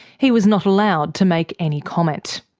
he was not allowed to make any comment.